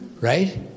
right